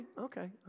okay